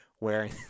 wearing